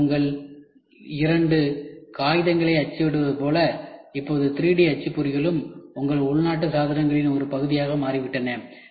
இன்று உங்கள் இரண்டு காகிதங்களை அச்சிடுவது போல இப்போது 3D அச்சுப்பொறிகளும் உங்கள் உள்நாட்டு சாதனங்களின் ஒரு பகுதியாக மாறிவிட்டன